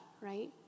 right